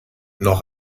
noch